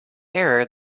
error